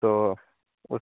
तो